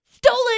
Stolen